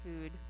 food